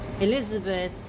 Elizabeth